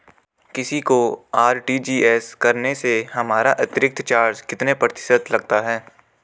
किसी को आर.टी.जी.एस करने से हमारा अतिरिक्त चार्ज कितने प्रतिशत लगता है?